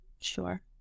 Sure